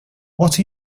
what